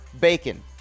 bacon